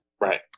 Right